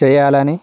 చెయ్యాలని